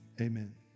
amen